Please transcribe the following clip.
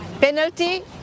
Penalty